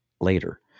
later